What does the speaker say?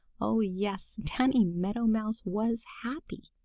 oh, yes, danny meadow mouse was happy!